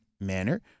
manner